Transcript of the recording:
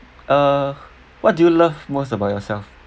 uh what do you love most about yourself